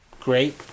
great